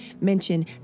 Mention